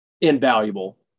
invaluable